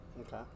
Okay